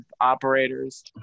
operators